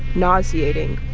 nauseating,